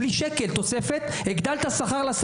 בלי תוספת של שקל,